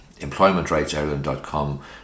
employmentrightsireland.com